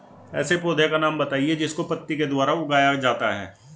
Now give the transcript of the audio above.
ऐसे पौधे का नाम बताइए जिसको पत्ती के द्वारा उगाया जाता है